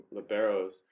liberos